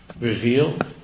revealed